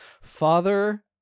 Father